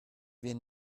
wir